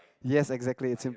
yes exactly it's in